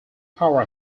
power